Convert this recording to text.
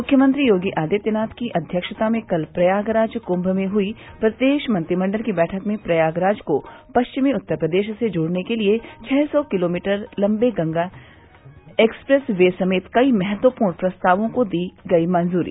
मुख्यमंत्री योगी आदित्यनाथ की अध्यक्षता में कल प्रयागराज कुंभ में हुई प्रदेश मंत्रिमंडल की बैठक में प्रयागराज को पश्चिमी उत्तर प्रदेश से जोड़ने के लिये छह सौ किलोमीटर लम्बे गंगा एक्सप्रेस वे समेत कई महत्वपूर्ण प्रस्तावों को दी गई मंजूरी